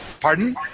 Pardon